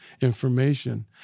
information